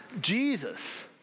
Jesus